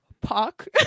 park